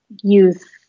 youth